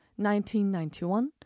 1991